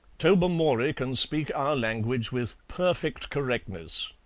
tobermory can speak our language with perfect correctness.